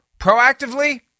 proactively